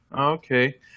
Okay